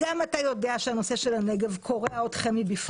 גם אתה יודע שהנושא של הנגב קורע אתכם מבפנים.